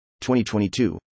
2022